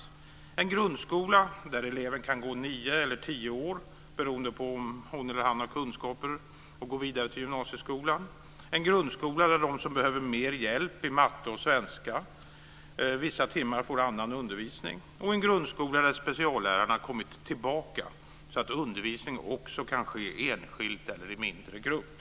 Vi vill ha en grundskola där elever kan gå nio eller tio år beroende på om hon eller han har kunskaper att gå vidare till gymnasieskolan, en grundskola där de som behöver mer hjälp i matte och svenska vissa timmar får annan undervisning och en grundskola där speciallärarna har kommit tillbaka så att undervisningen också kan ske enskilt eller i mindre grupp.